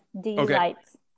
delights